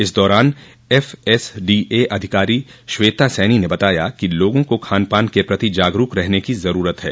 इस दौरान एफएसडीए अधिकारी श्वेता सैनी ने बताया कि लोगों को खान पान के प्रति जागरूक रहने की जरूरत है